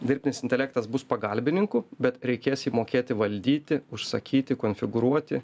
dirbtinis intelektas bus pagalbininku bet reikės jį mokėti valdyti užsakyti konfigūruoti